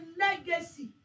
legacy